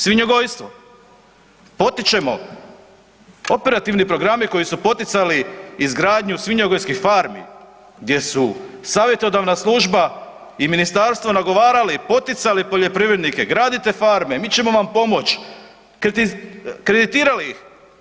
Svinjogojstvo, pokrećemo, operativni programi koji su poticali izgradnju svinjogojskih farmi gdje su savjetodavna služba i ministarstvo nagovarali i poticali poljoprivrednike, gradite farme, mi ćemo vam pomoći, kreditirali ih.